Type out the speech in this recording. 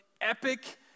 epic